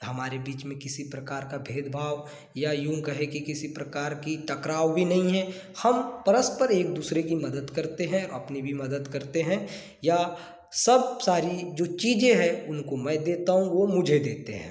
हमारे बीच में किसी प्रकार का भेदभाव या यूँ कहे कि किसी प्रकार की टकराव भी नहीं है हम परस्पर एक दूसरे की मदद करते हैं अपनी भी मदद करते हैं या सब सारी जो चीज़ें हैं उनको मैं देता हूँ वह मुझे देते हैं